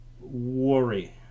worry